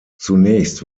zunächst